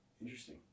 Interesting